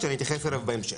שאני אתייחס אליו בהמשך.